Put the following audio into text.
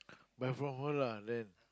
buy from her lah then